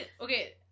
okay